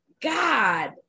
God